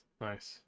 nice